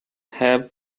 have